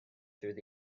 through